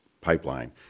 pipeline